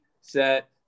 set